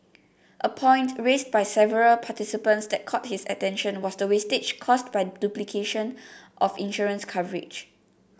a point raised by several participants that caught his attention was the wastage caused by duplication of insurance coverage